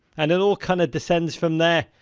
and it all kind of descends from there,